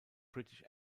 british